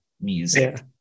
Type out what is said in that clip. music